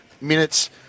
minutes